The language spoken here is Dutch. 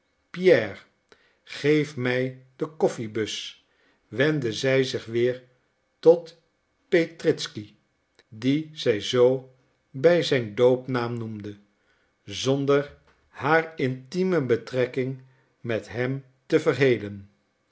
pierre geef mij de koffiebus wendde zij zich weer tot petritzky dien zij zoo bij zijn doopnaam noemde zonder haar intieme betrekking met hem te verhelen